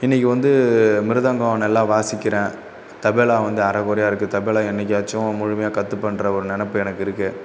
இன்றைக்கி வந்து மிருந்தங்கம் நல்லா வாசிக்கிறேன் தபேலா வந்து அரை குறையாக இருக்குது தபேலா என்னைக்காச்சும் முழுமையாக கத்துப்பேன்ற ஒரு நினப்பு எனக்கு இருக்குது